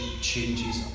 changes